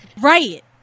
Right